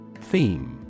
Theme